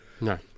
No